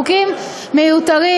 חוקים מיותרים.